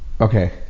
Okay